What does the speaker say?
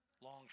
long